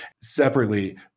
separately